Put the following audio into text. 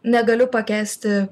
negaliu pakęsti